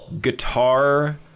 guitar